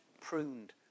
pruned